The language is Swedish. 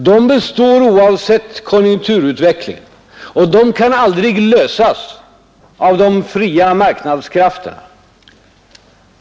De består oavsett konjunkturutvecklingen och kan aldrig lösas av de fria marknadskrafterna.